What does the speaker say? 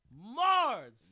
Mars